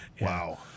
Wow